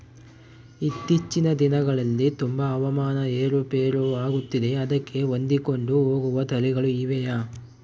ಇತ್ತೇಚಿನ ದಿನಗಳಲ್ಲಿ ತುಂಬಾ ಹವಾಮಾನ ಏರು ಪೇರು ಆಗುತ್ತಿದೆ ಅದಕ್ಕೆ ಹೊಂದಿಕೊಂಡು ಹೋಗುವ ತಳಿಗಳು ಇವೆಯಾ?